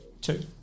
two